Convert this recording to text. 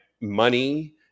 money